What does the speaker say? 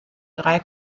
drei